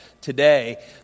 today